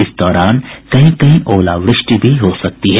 इस दौरान कहीं कहीं ओलावृष्टि भी हो सकती है